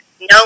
no